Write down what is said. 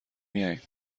میایم